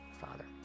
Father